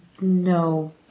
no